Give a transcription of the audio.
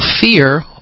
fear